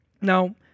Now